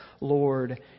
Lord